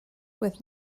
with